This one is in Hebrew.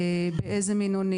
באיזה מינונים.